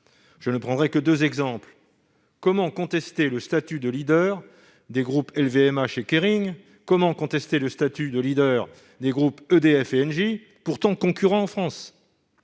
Je ne prendrai que deux exemples. Comment contester le statut de leader des groupes LVMH et Kering, ou bien encore celui des groupes EDF et Engie, pourtant concurrents en France ?